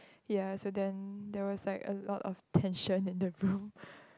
ya so then there was like a lot of tension in the room